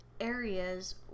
areas